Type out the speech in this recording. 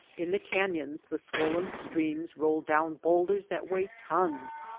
in the canyons the swollen streams roll down bowlders that weigh tons,